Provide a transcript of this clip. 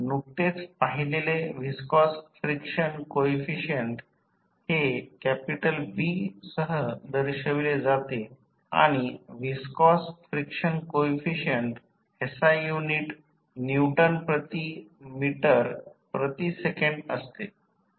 नुकतेच पाहिलेले viscous friction coefficient हे कॅपिटल B सह दर्शवले जाते आणि viscous friction coefficient SI unit newton प्रति मीटर प्रति सेकंद असते